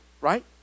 right